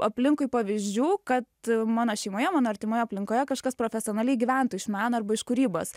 aplinkui pavyzdžių kad mano šeimoje mano artimoje aplinkoje kažkas profesionaliai gyventų iš meno arba iš kūrybos